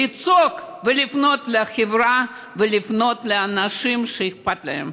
לצעוק ולפנות לחברה ולפנות לאנשים שאכפת להם.